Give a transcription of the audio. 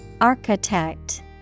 Architect